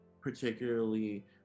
particularly